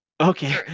Okay